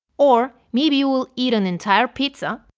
or maybe you will eat an entire pizza,